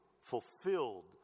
fulfilled